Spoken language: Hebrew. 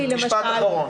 משפט אחרון.